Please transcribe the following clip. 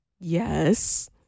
Yes